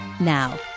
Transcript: Now